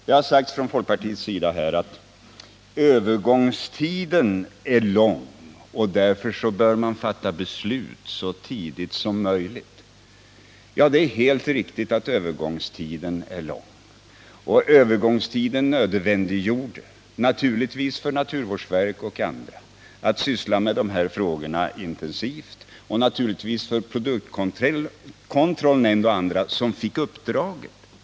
Det har sagts här från folkpartiets sida att övergångstiden är lång och att man därför bör fatta beslut så tidigt som möjligt. Ja, det är helt riktigt att övergångstiden är lång. Det nödvändiggjorde naturligtvis för naturvårdsverket, produktkontrollnämnden och andra, som fick uppdraget att syssla med de här frågorna, att arbeta intensivt med dem.